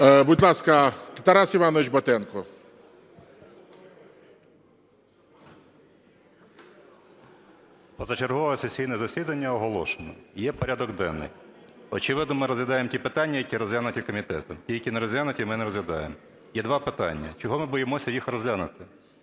Будь ласка, Тарас Іванович Батенко. 16:12:27 БАТЕНКО Т.І. Позачергове сесійне засідання оголошено, є порядок денний. Очевидно ми розглядаємо ті питання, які розглянуті комітетом, ті, які не розглянуті, ми не розглядаємо. Є два питання. Чого ми боїмося їх розглянути